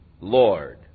Lord